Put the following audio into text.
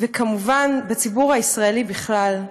ובין שזה כמובן בציבור הישראלי בכלל.